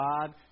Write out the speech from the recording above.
God